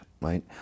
right